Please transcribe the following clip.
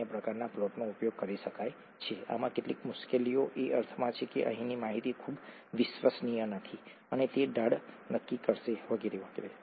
અન્ય પ્રકારના પ્લોટનો ઉપયોગ કરી શકાય છે આમાં કેટલીક મુશ્કેલીઓ એ અર્થમાં છે કે અહીંની માહિતી ખૂબ વિશ્વસનીય નથી અને તે ઢાળ નક્કી કરશે વગેરે વગેરે